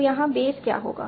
तो यहां base case क्या होगा